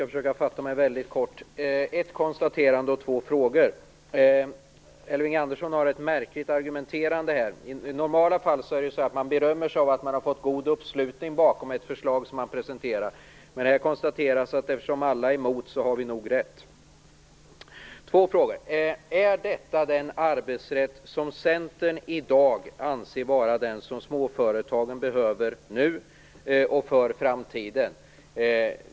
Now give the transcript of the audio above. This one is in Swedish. Fru talman! Först ett konstaterande och sedan två frågor. Elving Andersson argumenterar på ett märkligt sätt här. I normala fall berömmer man sig av att ha fått god uppslutning bakom ett förslag som man presenterar. Men här konstateras det att eftersom alla är emot har vi nog rätt. Sedan till mina två frågor. Den första frågan är: Är detta den arbetsrätt som Centern i dag anser vara den som småföretagen behöver nu och för framtiden?